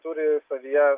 turi savyje